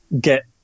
get